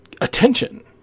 Attention